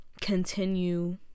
continue